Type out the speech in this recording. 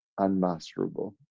unmasterable